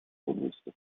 области